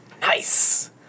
Nice